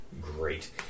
Great